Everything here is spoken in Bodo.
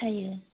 जायो